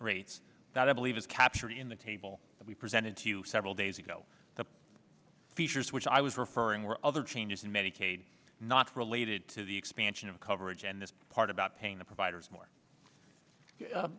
rates that i believe is captured in the table that we presented to you several days ago the features which i was referring were other changes in medicaid not related to the expansion of coverage and the part about paying the providers more